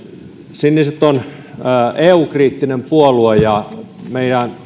siniset on eu kriittinen puolue ja meidän